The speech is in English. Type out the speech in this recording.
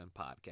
podcast